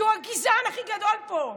כי הוא הגזען הכי גדול פה.